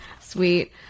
Sweet